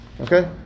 Okay